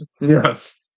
Yes